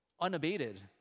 unabated